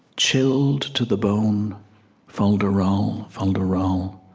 chilled to the bone fol-de-rol, um fol-de-rol,